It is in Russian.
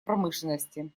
промышленности